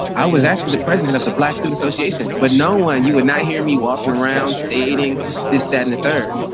i was actually the president of the black student association, but no one you would not hear me walking around stating this, that and the third.